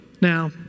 Now